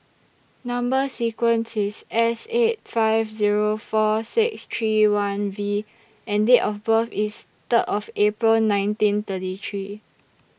Number sequence IS S eight five Zero four six three one V and Date of birth IS Third of April nineteen thirty three